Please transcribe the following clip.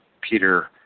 Peter